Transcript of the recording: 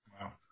Wow